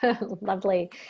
lovely